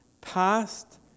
past